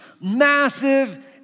massive